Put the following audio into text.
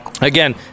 Again